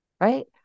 right